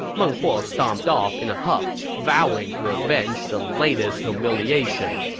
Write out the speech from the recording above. meng huo stomped off in a huff, vowing to avenge the latest humiliation.